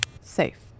Safe